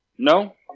no